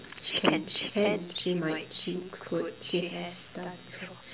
she can she can she might she could she has done so